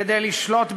כדי לשלוט בגורלנו,